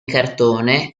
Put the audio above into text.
cartone